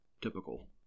Typical